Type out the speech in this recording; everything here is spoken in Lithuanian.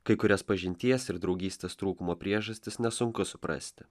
kai kurias pažinties ir draugystės trūkumo priežastis nesunku suprasti